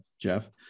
Jeff